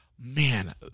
man